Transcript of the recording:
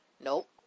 Nope